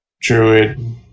druid